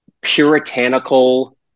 puritanical